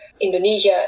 Indonesia